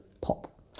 pop